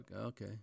Okay